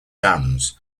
dams